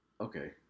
Okay